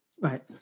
right